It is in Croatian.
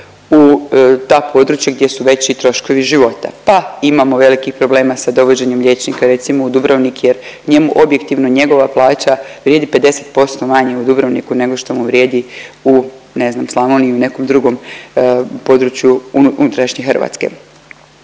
u ta područja gdje su veći troškovi života. Pa, imamo velikih problema sa dovođenjem liječnika recimo u Dubrovnik jer njemu objektivno njegova plaća vrijedi 50% manje u Dubrovniku nego što mu vrijedi u, ne znam Slavoniji ili nekom drugom području unutrašnje Hrvatske.